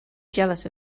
jealous